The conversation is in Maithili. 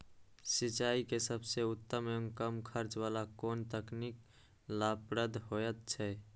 सिंचाई के सबसे उत्तम एवं कम खर्च वाला कोन तकनीक लाभप्रद होयत छै?